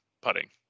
putting